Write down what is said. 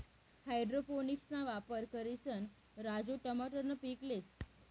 हाइड्रोपोनिक्सना वापर करिसन राजू टमाटरनं पीक लेस